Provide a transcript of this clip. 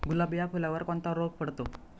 गुलाब या फुलावर कोणता रोग पडतो?